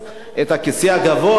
את הכיסא הגבוה,